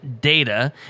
data